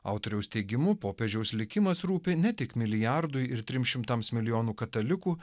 autoriaus teigimu popiežiaus likimas rūpi ne tik milijardui ir trims šimtams milijonų katalikų